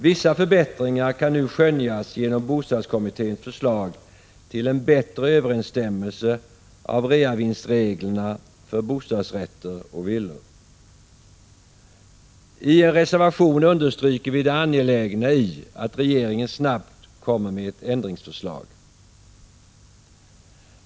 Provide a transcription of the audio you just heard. Vissa förbättringar kan nu skönjas genom bostadskommitténs förslag till en bättre överensstämmelse av reavinstreglerna för bostadsrätter och villor. I reservationen understryker vi det angelägna i att regeringen snabbt kommer med ett ändringsförslag.